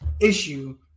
issue